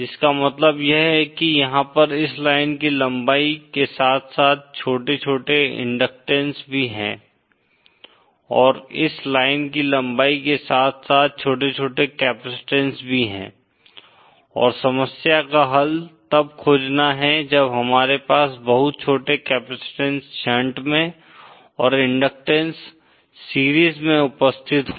इसका मतलब यह है कि यहाँ पर इस लाइन की लंबाई के साथ साथ छोटे छोटे इंडक्टैंस भी हैं और इस लाइन की लंबाई के साथ साथ छोटे छोटे कैपेसिटेंस भी हैं और समस्या का हल तब खोजना है जब हमारे पास बहुत छोटे कैपेसिटेंस शंट में और इंडक्टैंस सीरीज में उपस्थित हो